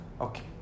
Okay